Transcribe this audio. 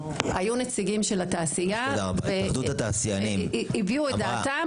היו נציגים של התעשייה והביעו את דעתם